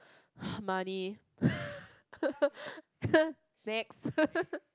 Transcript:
money next